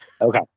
Okay